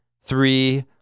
three